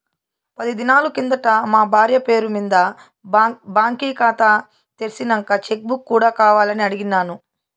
పది దినాలు కిందట మా బార్య పేరు మింద బాంకీ కాతా తెర్సినంక చెక్ బుక్ కూడా కావాలని అడిగిన్నాను